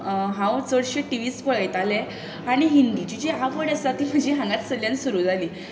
हांव चडशें TV पळयतालें आनी हिंदीची जी आवड आसा ती म्हजी हांगासल्ल्यान सुरू जाली